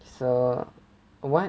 so what